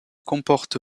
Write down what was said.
comporte